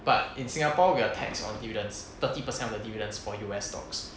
but in singapore we are taxed on dividends thirty per cent of the dividends for U_S stocks